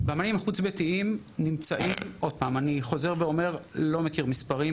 אני חוזר ואומר שוב,